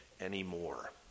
anymore